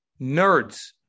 nerds